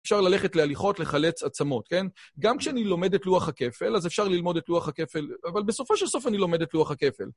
אפשר ללכת להליכות, לחלץ עצמות, כן? גם כשאני לומד את לוח הכפל, אז אפשר ללמוד את לוח הכפל, אבל בסופו של סוף אני לומד את לוח הכפל.